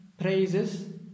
praises